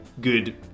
good